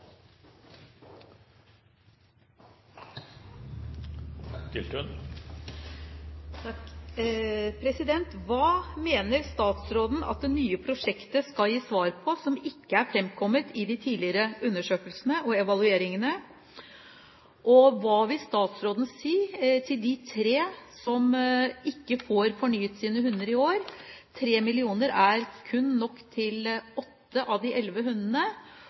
nye prosjektet skal gi svar på som ikke er fremkommet i de tidligere undersøkelsene og evalueringene? Og hva vil statsråden si til de tre som ikke får fornyet sine hunder i år? 3 mill. kr er kun nok til åtte av de elleve hundene.